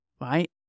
right